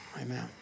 Amen